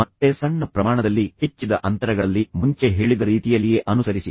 ಮತ್ತೆ ಸಣ್ಣ ಪ್ರಮಾಣದಲ್ಲಿ ಹೆಚ್ಚಿದ ಅಂತರಗಳಲ್ಲಿ ಮುಂಚೆ ಹೇಳಿದ ರೀತಿಯಲ್ಲಿಯೇ ಅನುಸರಿಸಿ